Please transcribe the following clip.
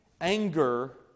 anger